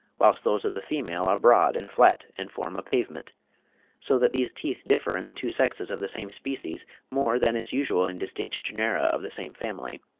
whilst those of the female are broad and flat, and form a pavement so that these teeth differ in the two sexes of the same species more than is usual in distinct genera of the same family.